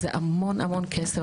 זה המון המון כסף.